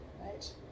right